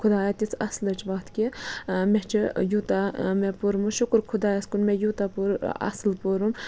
خُدایا تِژھ اَصلٕچ وَتھ کہِ مےٚ چھُ یوٗتاہ مےٚ پوٚرمُت شُکُر خُدایَس کُن مےٚ یوٗتاہ پوٚر اَصٕل پوٚرُم